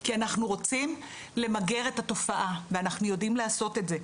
כי אנחנו רוצים למגר את התופעה ואנחנו יודעים לעשות את זה.